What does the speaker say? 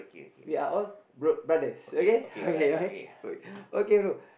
we are all bro brothers okay okay bro